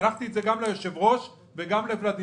שלחתי את זה גם ליושב-הראש וגם לוולדימיר,